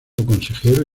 consejero